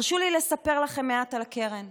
הרשו לי לספר לכם מעט על הקרן: